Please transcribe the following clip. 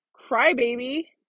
crybaby